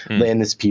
land this pr.